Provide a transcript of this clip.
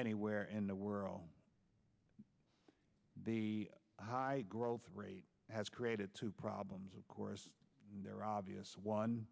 anywhere in the world the high growth rate has created two problems of course there are obvious one